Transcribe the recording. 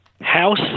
House